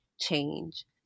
change